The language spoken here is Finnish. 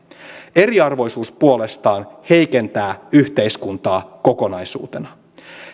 eriarvoisuus puolestaan heikentää yhteiskuntaa kokonaisuutena